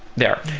there.